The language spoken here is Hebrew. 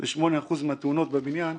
8% מהתאונות בבניין -- 50.